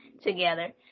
together